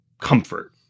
comfort